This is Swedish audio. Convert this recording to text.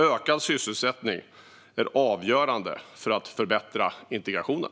Ökad sysselsättning är avgörande för att förbättra integrationen.